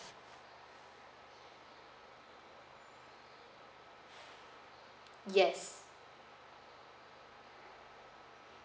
yes